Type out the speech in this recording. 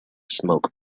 smoke